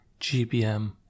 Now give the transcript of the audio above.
GBM